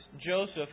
Joseph